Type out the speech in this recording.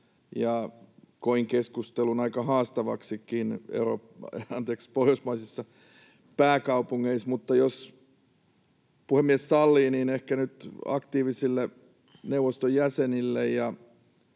koin keskustelun aika haastavaksikin pohjoismaisissa pääkaupungeissa. Mutta jos puhemies sallii, niin ehkä nyt aktiivisille neuvoston jäsenille